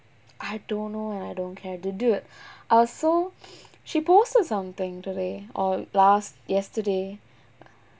I don't know and I don't care to do it also she posted something today or las~ yesterday